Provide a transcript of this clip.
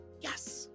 yes